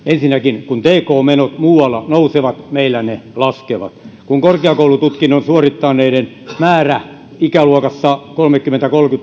ensinnäkin kun tk menot muualla nousevat meillä ne laskevat kun korkeakoulututkinnon suorittaneiden määrä ikäluokassa kolmekymmentä